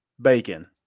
Bacon